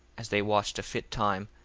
as they watched a fit time,